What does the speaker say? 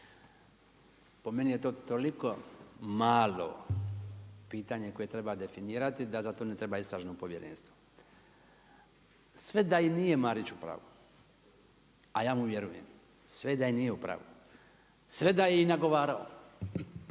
Po meni je to toliko malo pitanje koje treba definirati da za to ne treba Istražno povjerenstvo. Sve da i nije Marić u pravu, a ja mu vjerujem, sve da i nije u pravu, sve da je i nagovarao